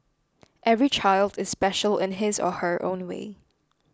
every child is special in his or her own way